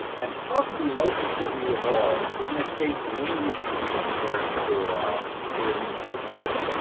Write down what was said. and possibly most importantly of all, we're going to state when you should begin preparing for ah for your administrative appeal.